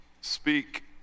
Speak